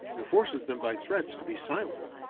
and forces them by threats to be silent.